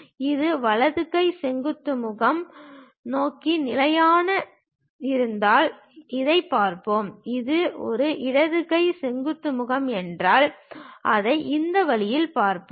இது வலது கை செங்குத்து முகம் நோக்குநிலையாக இருந்தால் இதைப் பார்ப்போம் இது ஒரு இடது கை செங்குத்து முகம் என்றால் அதை இந்த வழியில் பார்ப்போம்